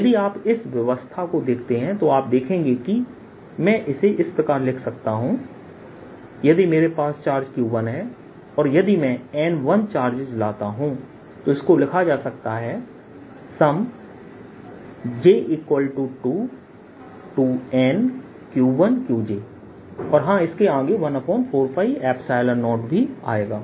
यदि आप इस व्यवस्था को देखते हैं तो आप देखेंगे कि मैं इसे इस प्रकार लिख सकता हूं यदि मेरे पास चार्ज Q1 है और यदि मैं चार्जेस लाता हूं तो इसको लिखा जा सकता है j2NQ1Qj और हां इसके आगे 140 भी आएगा